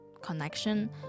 connection